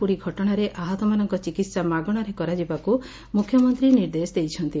ବୁଡ଼ି ଘଟଣାରେ ଆହତମାନଙ୍ଙ ଚିକିହା ମାଗଣାରେ କରାଯିବାକୁ ମୁଖ୍ୟମନ୍ତ୍ରୀ ନିର୍ଦ୍ଦେଶ ଦେଇଛନ୍ତି